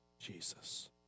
Jesus